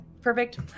Perfect